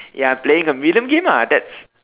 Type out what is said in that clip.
ya I'm playing a rhythm game ah that's